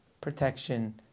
protection